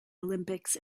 olympics